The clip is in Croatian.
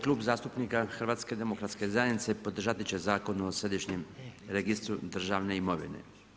Klub zastupnika HDZ-a podržati će Zakon o središnjem registru državne imovine.